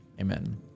Amen